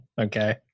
Okay